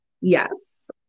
Yes